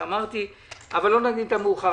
לא נקדים את המאוחר.